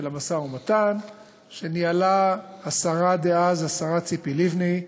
המשא-ומתן שניהלה השרה דאז ציפי לבני,